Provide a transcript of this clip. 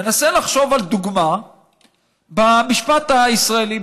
תנסה לחשוב על דוגמה במשפט הישראלי,